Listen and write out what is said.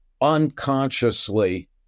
unconsciously